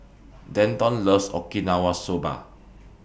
Denton loves Okinawa Soba